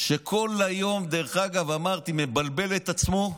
שכל היום, אמרתי, מבלבל את עצמו,